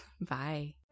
Bye